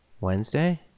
Wednesday